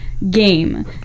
Game